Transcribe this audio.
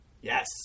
yes